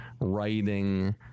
writing